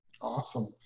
Awesome